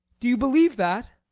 do you believe that?